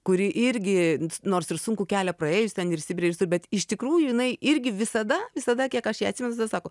kuri irgi nors ir sunkų kelią praėjus ten ir sibire bet iš tikrųjų jinai irgi visada visada kiek aš ją atsimenu visada sako